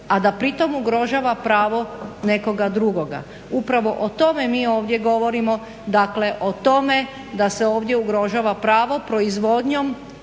a da pritom ugrožava pravo nekoga drugoga. Upravo o tome mi ovdje govorimo, dakle o tome da se ovdje ugrožava pravo proizvodnjom